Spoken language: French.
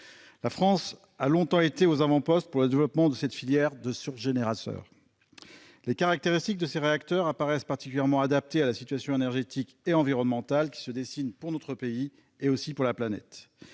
La France a longtemps été aux avant-postes du développement de cette filière de surgénérateurs. Les caractéristiques de ces réacteurs apparaissent particulièrement adaptées à la situation énergétique et environnementale, qui se dessine à la fois pour notre pays et pour la planète.